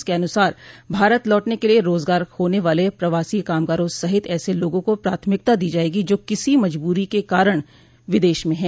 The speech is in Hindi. इसके अनुसार भारत लौटने के लिए रोजगार खोने वाले प्रवासी कामगारों सहित ऐसे लोगों को प्राथमिकता दी जायेगी जो किसी मजूबरी के कारण विदेश में हैं